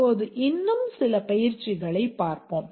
இப்போது இன்னும் சில பயிற்சிகளைப் பார்ப்போம்